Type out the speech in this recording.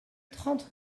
trente